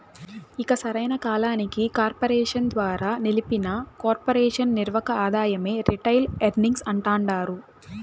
ఇక సరైన కాలానికి కార్పెరేషన్ ద్వారా నిలిపిన కొర్పెరేషన్ నిర్వక ఆదాయమే రిటైల్ ఎర్నింగ్స్ అంటాండారు